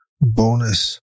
bonus